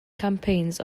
campaigns